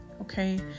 okay